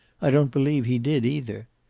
i don't believe he did, either.